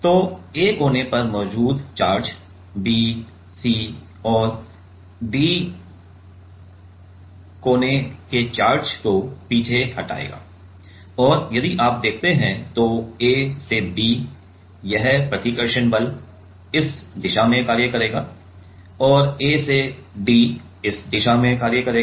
तो A कोने पर मौजूद चार्ज B C और D को पीछे हटाएगा और यदि आप देखते हैं तो A से B यह प्रतिकर्षण बल इस दिशा में कार्य करेगा और A से D इस दिशा में कार्य करेगा